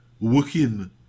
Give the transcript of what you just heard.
working